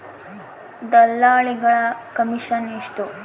ದಲ್ಲಾಳಿಗಳ ಕಮಿಷನ್ ಎಷ್ಟು?